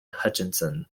hutchinson